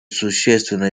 существенно